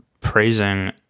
praising